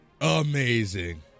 amazing